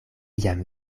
jam